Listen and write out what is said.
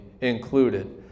included